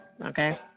Okay